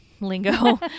lingo